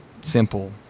simple